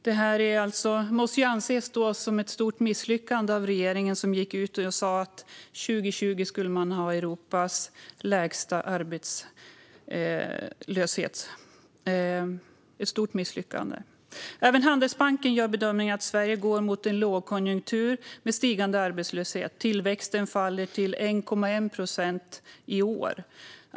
Detta måste anses som ett stort misslyckande för regeringen, som gick ut och sa att man 2020 skulle ha Europas lägsta arbetslöshet. Även Handelsbanken gör bedömningen att Sverige går mot en lågkonjunktur med stigande arbetslöshet. Tillväxten faller till 1,1 procent i år.